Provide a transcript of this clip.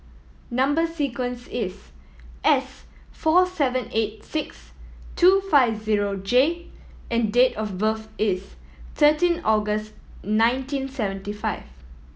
number sequence is S four seven eight six two five zero J and date of birth is thirteen August nineteen seventy five